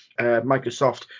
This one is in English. Microsoft